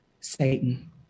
Satan